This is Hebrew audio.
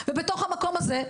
בתוך המקום הזה,